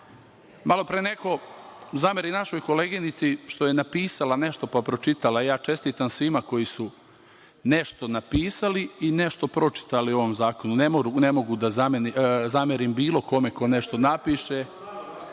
živ. Malopre neko zameri našoj koleginici što je napisala nešto pa pročitala, ja čestitam svima koji su nešto napisali i nešto pročitali o ovom zakonu. Ne mogu da zamerim bilo kome ko nešto napiše